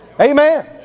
Amen